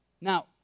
Now